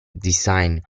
design